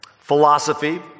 Philosophy